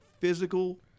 physical